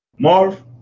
Marv